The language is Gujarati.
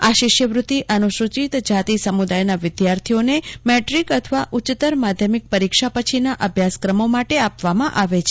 આ શિષ્યવૃત્તિ અનુસૂચિત જાતિ સમુદાયના વિદ્યાર્થીઓને મેટ્રીક અથવા ઉચ્ચતર માધ્યમિક પરીક્ષા પછીના અભ્યાસ ક્રમો માટે આપવામાં આવે છે